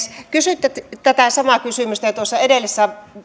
kysyitte tätä samaa kysymystä jo tuossa edellisessä